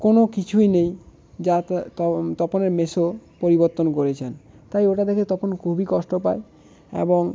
কোনো কিছুই নেই যা তা তপনের মেসো পরিবর্তন করেছেন তাই ওটা দেখে তপন খুবই কষ্ট পায় এবং